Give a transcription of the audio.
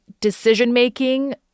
decision-making